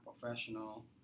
professional